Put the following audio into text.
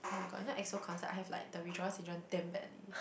[oh]-my-god you know EXO concert I have like the withdrawal syndrome damn badly